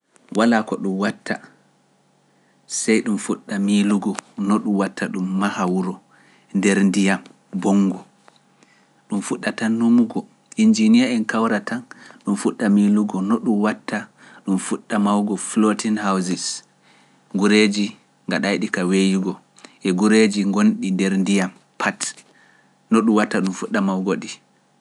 Walaa ko ɗum watta, sey ɗum fuɗɗa miilugo no ɗum watta ɗum maha wuro nder ndiyam boonngo, ɗum fuɗɗa tan numugo, innjiniya'en kawra tan, ɗum fuɗɗa miilugo no ɗum watta ɗum fuɗɗa mahugo floating houses, gureeji gaɗayɗi ka weeyugo e gureeji gonɗi nder ndiyam pat, no ɗum watta ɗum fuɗɗa mahugo-ɗi.